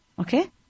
Okay